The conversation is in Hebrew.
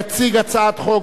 שאין לה מסתייגים,